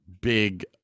big